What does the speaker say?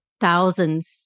thousands